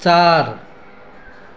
चार